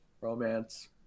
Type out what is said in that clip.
romance